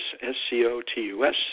S-C-O-T-U-S